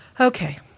Okay